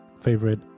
favorite